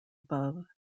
above